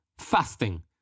fasting